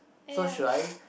so should I